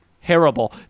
Terrible